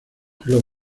los